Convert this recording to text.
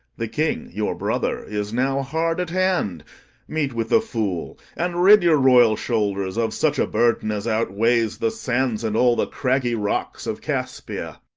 the king, your brother, is now hard at hand meet with the fool, and rid your royal shoulders of such a burden as outweighs the sands and all the craggy rocks of caspia.